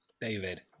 David